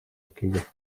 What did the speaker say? aquellas